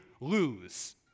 lose